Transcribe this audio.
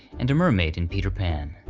and a mermaid in peter pan.